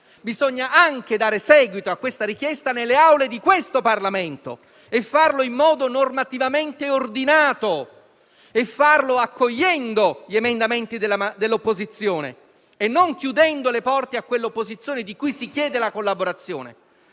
bisogna anche dare seguito a tale richiesta nelle Aule del Parlamento e farlo in modo normativamente ordinato, accogliendo gli emendamenti dell'opposizione e non chiudendo le porte a quell'opposizione di cui si chiede la collaborazione.